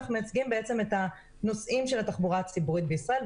אנחנו מייצגים בעצם את הנוסעים של התחבורה הציבורית בישראל.